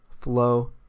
flow